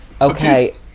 Okay